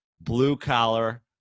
blue-collar